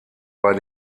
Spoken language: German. bei